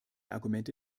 argumente